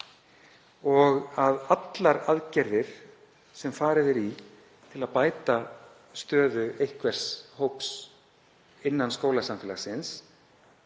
og að allar aðgerðir, sem farið er í til að bæta stöðu einhvers hóps innan skólasamfélagsins,